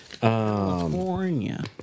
California